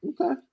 okay